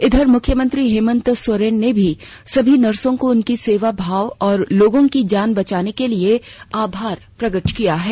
इधर मुख्यमंत्री हेमंत सोरेन ने भी सभी नर्सों को उनकी सेवा भाव और लोगों की जान बचाने के लिए आभार प्रकट किया है